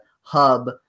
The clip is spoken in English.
hub